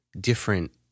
different